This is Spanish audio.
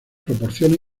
proporciona